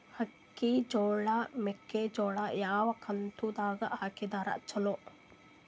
ಅಕ್ಕಿ, ಜೊಳ, ಮೆಕ್ಕಿಜೋಳ ಯಾವ ಋತುದಾಗ ಹಾಕಿದರ ಚಲೋ?